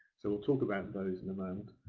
so we'll talk about those in a moment.